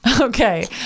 okay